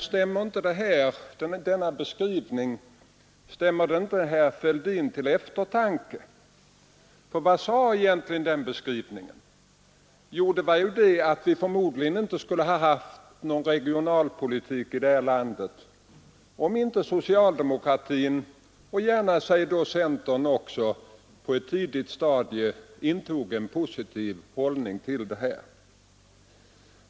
Stämmer inte denna återblick herr Fälldin till eftertanke? För vad angav egentligen den beskrivningen? Jo, att vi förmodligen inte skulle ha haft någon regionalpolitik i detta land om inte socialdemokraterna — och säg gärna centern också — på ett tidigt stadium intagit en positiv hållning till en sådan politik.